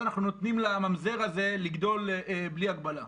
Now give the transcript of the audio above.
אנחנו נותנים לממזר הזה לגדול בלי הגבלה.